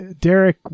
Derek